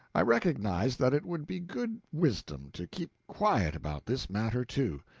i recognized that it would be good wisdom to keep quiet about this matter, too,